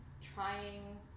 trying